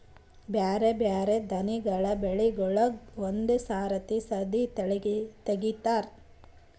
ಬ್ಯಾರೆ ಬ್ಯಾರೆ ದಾನಿಗಳ ಬೆಳಿಗೂಳಿಗ್ ಒಂದೇ ಸರತಿ ಸದೀ ತೆಗಿತಾರ